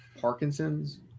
parkinson's